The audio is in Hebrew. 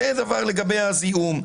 זה לגבי הזיהום.